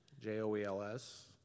J-O-E-L-S